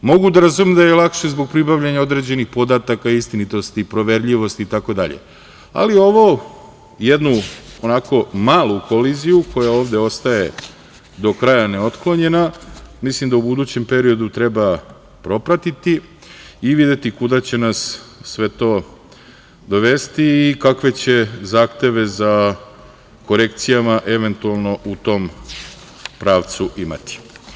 Mogu da razumem da je lakše zbog pribavljanja određenih podataka, istinitosti, proverljivosti itd, ali ovo jednu onako malu koliziju, koja ovde ostaje do kraja neotklonjena, mislim da u budućem periodu treba propratiti i videti kuda će nas sve to dovesti i kakve će zahteve za korekcijama eventualno u tom pravcu imati.